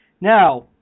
Now